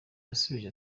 yasubije